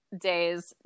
days